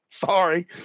Sorry